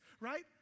right